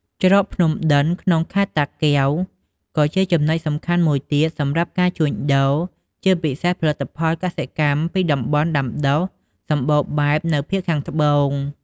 ច្រកភ្នំដិន ក្នុងខេត្តតាកែវ ក៏ជាចំណុចសំខាន់មួយទៀតសម្រាប់ការជួញដូរ ជាពិសេសផលិតផលកសិកម្មពីតំបន់ដាំដុះសម្បូរបែបនៅភាគខាងត្បូង។